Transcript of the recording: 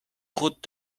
route